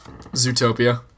Zootopia